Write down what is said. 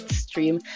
stream